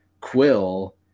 Quill